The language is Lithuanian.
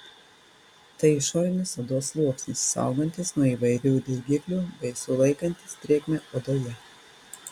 tai išorinis odos sluoksnis saugantis nuo įvairių dirgiklių bei sulaikantis drėgmę odoje